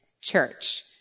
church